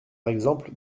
exemple